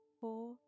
four